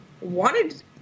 wanted